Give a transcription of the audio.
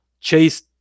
chase